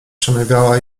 przemawiała